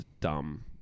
dumb